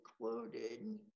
quoted